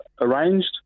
arranged